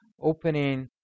opening